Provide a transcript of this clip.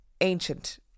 ancient